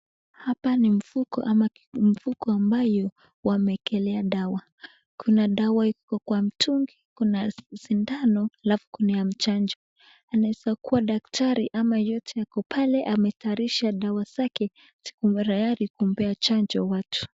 Hapa ni mfuko ambayo wameekelea dawa. Kuna dawa iko kwa mtungi, kuna sindano halafu kuna ya chanjo. Inaeza kuwa daktari ama yeyote ako pale ametayarisha dawa zake ziwe tayari kumpea chanjo watu.